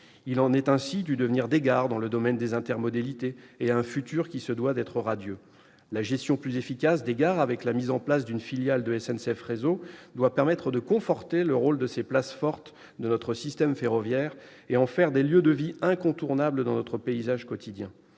Il en est ainsi du devenir des gares dans le domaine des intermodalités et d'un futur qui se doit d'être radieux. La gestion plus efficace des gares, avec la mise en place d'une filiale de SNCF Réseau, doit permettre de conforter le rôle de ces places fortes de notre système ferroviaire et d'en faire des lieux de vie incontournables dans notre paysage quotidien.